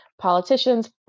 politicians